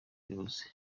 bayobozi